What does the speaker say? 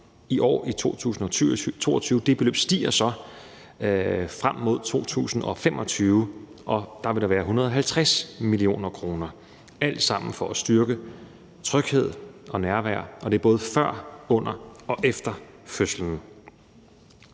altså i 2022, og det beløb stiger så frem mod 2025, hvor det vil være 150 mio. kr. Det er alt sammen for at styrke området og give tryghed og nærvær – og det er både før, under og efter fødslen.